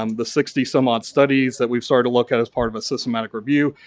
um the sixty some odd studies that we've started to look at as part of a systematic review.